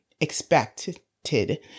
expected